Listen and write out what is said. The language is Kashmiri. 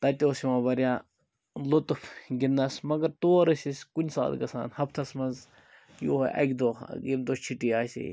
تتہِ اوس یِوان واریاہ لطف گِنٛدنَس مگر تور ٲسۍ أسۍ کُنہ ساتہٕ گَژھان ہَفتَس مَنٛز یُہٲے اَکہِ دۄہ ییٚمہِ دۄہ چھُٹی آسہِ ہے